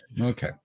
okay